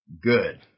good